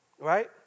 Right